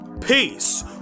Peace